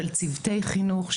של צוותי חינוך,